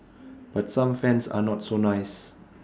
but some fans are not so nice